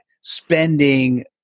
spending